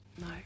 No